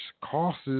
costs